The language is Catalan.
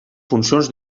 funcions